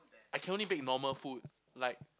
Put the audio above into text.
I can only bake normal food like